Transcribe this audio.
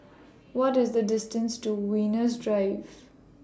What IS The distance to Venus Drive